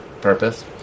purpose